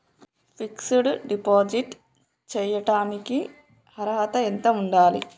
Fix డ్ deposit చేయటానికి అర్హత ఎంత ఉండాలి?